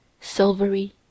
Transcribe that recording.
silvery